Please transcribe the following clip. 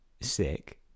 sick